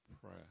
prayer